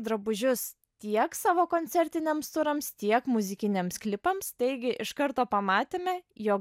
drabužius tiek savo koncertiniams turams tiek muzikiniams klipams taigi iš karto pamatėme jog